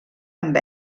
amb